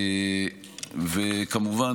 כמובן,